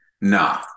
nah